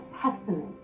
testament